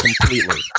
completely